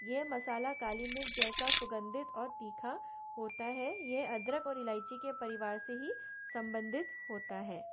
ये मसाला काली मिर्च जैसा सुगंधित और तीखा होता है यह अदरक और इलायची के परिवार से ही संबंधित होता है